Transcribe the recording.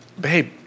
babe